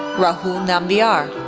rahul nambiar,